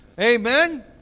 Amen